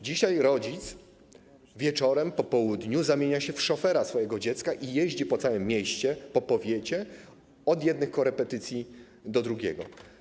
Dzisiaj rodzic wieczorem, po południu zamienia się w szofera swojego dziecka i jeździ po całym mieście, po powiecie od jednego korepetytora do drugiego.